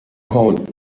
ought